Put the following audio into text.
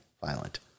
Violent